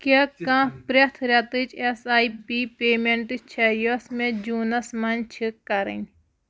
کیٛاہ کانٛہہ پرٛٮ۪تھ رٮ۪تٕچ ایس آی پی پیمنٹ چھےٚ یۄس مےٚ جوٗنس منٛز چھِ کرٕنۍ